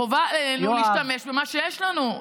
חובה עלינו להשתמש במה שיש לנו.